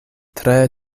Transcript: tre